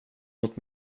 mot